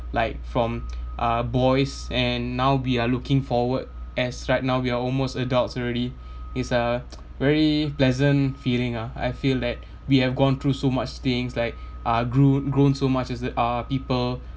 like from uh boys and now we are looking forward as right now we are almost adults already it's a very pleasant feeling ah I feel that we have gone through so much things like ah grown grown so much as a ah people